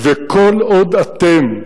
וכל עוד אתם,